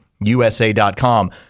USA.com